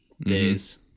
days